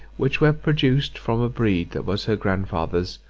which were produced from a breed that was her grandfather's,